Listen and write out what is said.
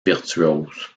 virtuose